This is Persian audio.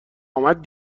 اومد